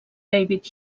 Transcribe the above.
david